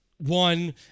one